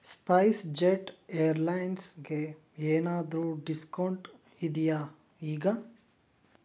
SpiceJet ಏರ್ಲೈನ್ಸ್ಗೆ ಏನಾದರೂ discount ಇದೆಯಾ ಈಗ